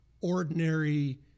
ordinary